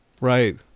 Right